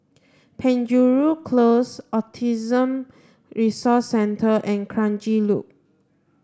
Penjuru Close Autism Resource Centre and Kranji Loop